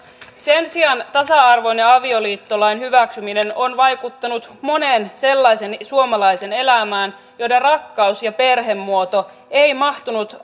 sen sijaan tasa arvoisen avioliittolain hyväksyminen on vaikuttanut monen sellaisen suomalaisen elämään joiden rakkaus ja perhemuoto ei mahtunut